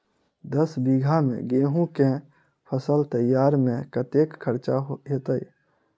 दस बीघा मे गेंहूँ केँ फसल तैयार मे कतेक खर्चा हेतइ?